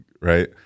right